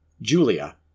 Julia